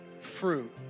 fruit